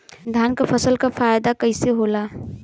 धान क फसल क फायदा कईसे होला?